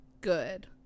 good